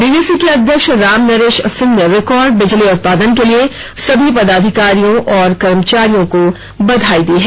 DVC के अध्यक्ष रामनरेश सिंह ने रिकॉर्ड बिजली उत्पादन के लिए सभी पदाधिकारियों और कर्मचारियों को बधाई दी है